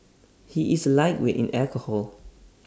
he is A lightweight in alcohol